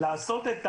לעשות את ההתאמה,